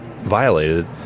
violated